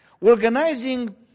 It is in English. organizing